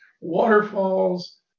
waterfalls